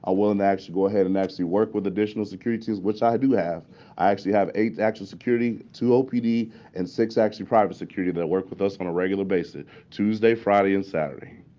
i won't actually go ahead and actually work with additional securities, which i do have. i actually have eight actual security two ah opd and six actually private security that work with us on a regular basis tuesday, friday and saturday.